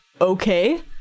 okay